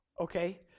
okay